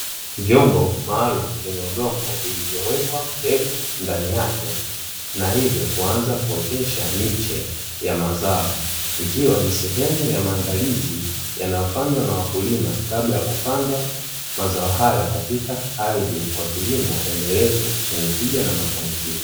Vyombo maalum vyenye udongo vilivyowekwa mbegu ndani yake na hivyo kuanza kuotesha miche ya mazao, ikiwa ni sehemu ya maandalizi yanayofanywa na wakulima kabla ya kupandwa mazao hayo katika ardhi kwa kilimo endelevu chenye tija na mafanikio.